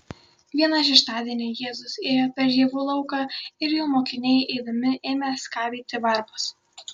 vieną šeštadienį jėzus ėjo per javų lauką ir jo mokiniai eidami ėmė skabyti varpas